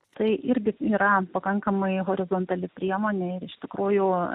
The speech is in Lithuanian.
tai irgi yra pakankamai horizontali priemonė ir iš tikrųjų